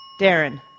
Darren